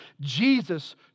Jesus